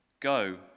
Go